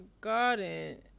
garden